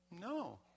No